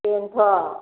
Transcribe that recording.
बेनोथ'